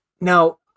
Now